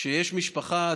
כשיש משפחה,